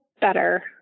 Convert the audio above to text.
better